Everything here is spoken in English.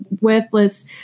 worthless